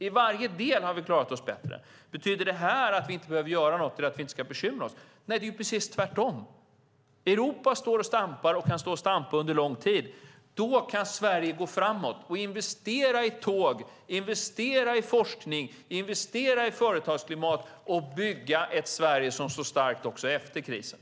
I varje del har vi klarat oss bättre. Betyder det att vi inte behöver göra något eller att vi inte ska bekymra oss? Nej, det är precis tvärtom! Europa står och stampar och kan stå och stampa under lång tid. Då kan Sverige gå framåt och investera i tåg, investera i forskning, investera i företagsklimat och bygga ett Sverige som står starkt också efter krisen.